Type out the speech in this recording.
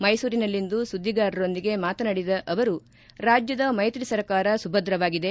ಮೈಸೂರಿನಲ್ಲಿಂದು ಸುದ್ದಿಗಾರರೊಂದಿಗೆ ಮಾತನಾಡಿದ ಅವರು ರಾಜ್ಜದ ಮೈತ್ರಿ ಸರ್ಕಾರ ಸುಭದ್ರವಾಗಿದೆ